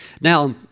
Now